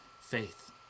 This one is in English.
faith